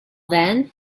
then